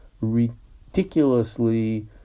ridiculously